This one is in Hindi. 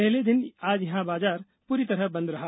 पहले दिन आज यहां बाजार पूरी तरह बंद रहा